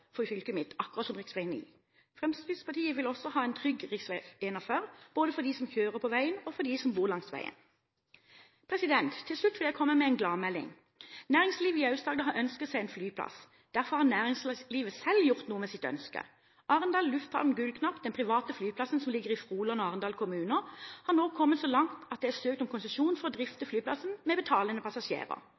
fylket mitt, akkurat som rv. 9. Fremskrittspartiet vil også ha en trygg rv. 41, både for dem som kjører på veien, og for dem som bor langs veien. Til slutt vil jeg komme med en gladmelding. Næringslivet i Aust-Agder har ønsket seg en flyplass. Derfor har næringslivet selv gjort noe med sitt ønske. Arendal Lufthavn Gullknapp, den private flyplassen som ligger i Froland og Arendal kommuner, har nå kommet så langt at det er søkt om konsesjon for å kunne drifte flyplassen med betalende passasjerer.